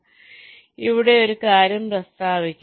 അതിനാൽ ഇവിടെ ഒരു കാര്യം പ്രസ്താവിക്കുന്നു